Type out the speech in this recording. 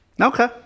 Okay